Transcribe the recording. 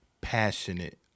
passionate